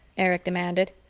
erich demanded.